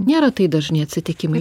nėra tai dažni atsitikimai